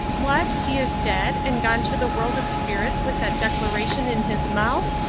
what, he is dead, and gone to the world of spirits with that declaration in his mouth?